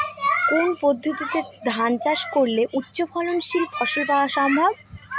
কোন পদ্ধতিতে ধান চাষ করলে উচ্চফলনশীল ফসল পাওয়া সম্ভব?